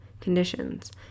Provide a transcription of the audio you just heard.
conditions